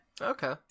Okay